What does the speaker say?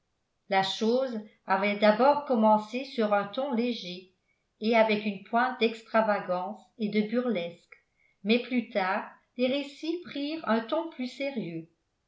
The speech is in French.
la chose avait d'abord commencé sur un ton léger et avec une pointe d'extravagance et de burlesque mais plus tard les récits prirent un ton plus sérieux